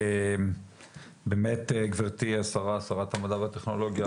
באמת, גברתי שרת המדע והטכנולוגיה,